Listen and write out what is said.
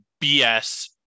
BS